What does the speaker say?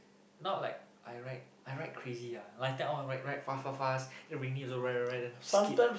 not like I ride I ride crazy ah like tight all ride fast fast fast then rainy also ride ride ride then skid